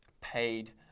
paid